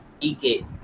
DK